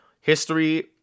History